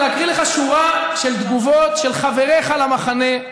ולהקריא לך שורה של תגובות של חבריך למחנה.